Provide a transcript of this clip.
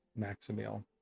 maximil